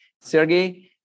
sergey